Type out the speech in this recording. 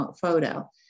photo